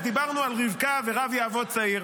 אז דיברנו על רבקה ורב יעבוד צעיר.